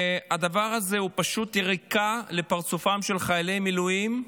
הדבר הזה הוא פשוט יריקה בפרצופם של חיילי המילואים,